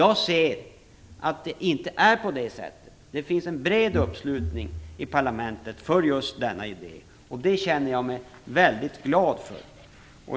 Jag ser dock inte att det är på det sättet, för det finns en bred uppslutning i parlamentet bakom just denna idé. Det är jag väldigt glad över.